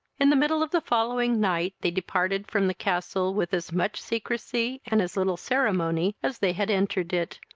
in the middle of the following night they departed from the castle with as much secrecy, and as little ceremony, as they had entered it,